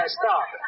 stop